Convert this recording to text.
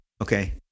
okay